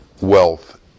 wealth